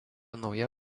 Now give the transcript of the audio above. nauja